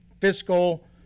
fiscal